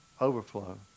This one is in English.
Overflow